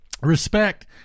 Respect